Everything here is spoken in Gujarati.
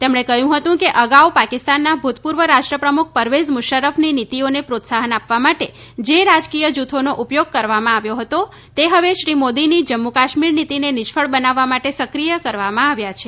તેમણે જણાવ્યું હતું કે અગાઉ પાકિસ્તાનના ભૂતપૂર્વ રાષ્ટ્રપ્રમુખ પરવેઝ મુશર્રફની નીતિઓને પ્રોત્સાહન આપવા માટે જે રાજકીય જૂથોનો ઉપયોગ કરવામાં આવ્યો હતો તે હવે શ્રી મોદીની જમ્મુ કાશ્મીર નીતિને નિષ્ફળ બનાવવા માટે સક્રિય કરવામાં આવ્યા છે